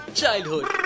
childhood